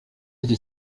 icyo